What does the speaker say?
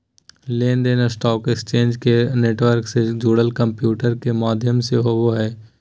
लेन देन stock exchange के network से जुड़ल कंम्प्यूटर के माध्यम से होबो हइ